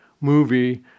movie